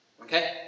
Okay